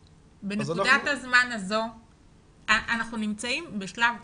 בנקודת הזמן הזו אנחנו נמצאים בשלב קריטי.